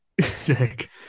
sick